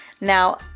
Now